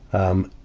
um,